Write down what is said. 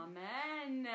Amen